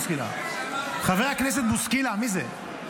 חבר הכנסת בוסקילה, מי זה?